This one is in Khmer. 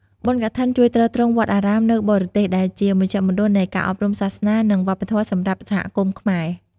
បុណ្យកឋិនជួយទ្រទ្រង់វត្តអារាមនៅបរទេស ដែលជាមជ្ឈមណ្ឌលនៃការអប់រំសាសនា និងវប្បធម៌សម្រាប់សហគមន៍ខ្មែរ។